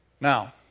Now